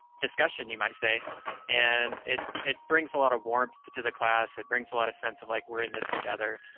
discussion you might say and it it brings a lot of warmth to to the class. it brings a lot of sense of like we're in this together.